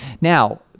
Now